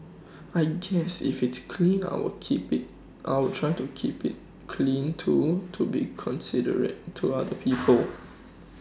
I guess if it's clean I will keep IT I will try to keep IT clean too to be considerate to other people